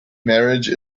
marriage